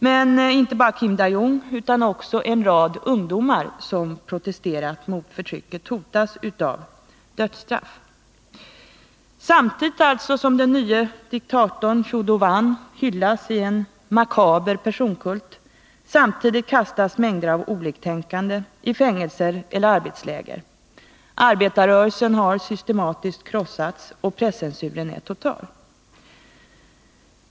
Men inte bara Kim Dae-Jung utan också en rad ungdomar, som protesterat mot förtrycket, hotas av dödsstraff. Den nye diktatorn Chun Doo-Hwan hyllas i en makaber personkult, samtidigt som mängder av oliktänkande kastas i fängelse eller arbetsläger. Arbetarrörelsen har systematiskt krossats och presscensuren är total.